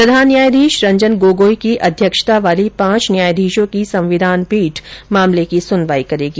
प्रधान न्यायाधीश रंजन गोगोई की अध्यक्षता वाली पांच न्यायाधीशों की संविधान पीठ मामले की सुनवाई करेगी